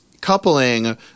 coupling